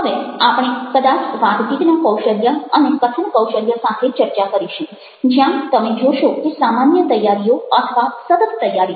હવે આપણે કદાચ વાતચીતના કૌશલ્ય અને કથન કૌશલ્ય સાથે ચર્ચા કરીશું જ્યાં તમે જોશો કે સામાન્ય તૈયારીઓ અથવા સતત તૈયારીઓ